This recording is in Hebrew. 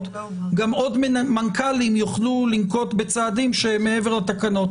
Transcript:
גם עוד מנכ"לים יוכלו לנקוט בצעדים שהם מעבר לתקנות,